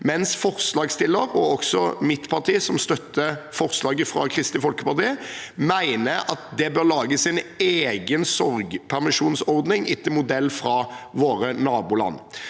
mens forslagsstiller, og også mitt parti, som støtter forslaget fra Kristelig Folkeparti, mener at det bør lages en egen sorgpermisjonsordning etter modell fra våre naboland.